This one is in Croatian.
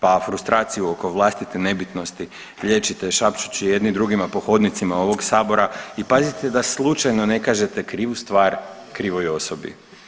Pa frustraciju oko vlastite nebitnosti liječite šapćući jedni drugima po hodnicima ovog Sabora i pazite da slučajno ne kažete krivu stvar krivoj osobi.